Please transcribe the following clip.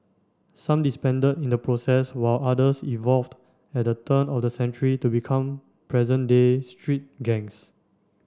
some disbanded in the process while others evolved at the turn of the century to become present day street gangs